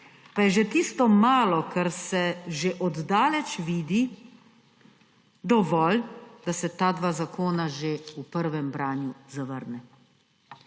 pa je že tisto malo, kar se že od daleč vidi, dovolj, da se ta dva zakona že v prvem branju zavrne.